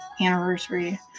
anniversary